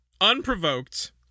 unprovoked